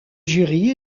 jury